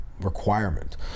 requirement